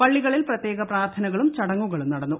പള്ളികളിൽ പ്രത്യേക പ്രാർത്ഥനകളും ചടങ്ങുകളും നടന്നു